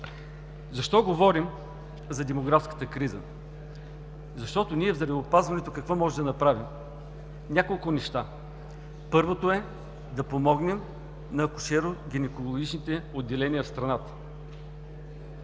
Защо говорим за демографската криза? Защото ние в здравеопазването какво можем да направим? Няколко неща. Първото е да помогнем на акушеро-гинекологичните отделения в страната.